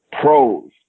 pros